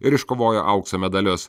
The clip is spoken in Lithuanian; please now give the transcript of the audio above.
ir iškovojo aukso medalius